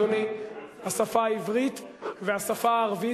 אדוני: השפה העברית והשפה הערבית.